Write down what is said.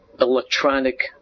Electronic